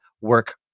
work